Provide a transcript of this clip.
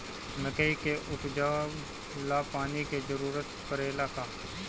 मकई के उपजाव ला पानी के जरूरत परेला का?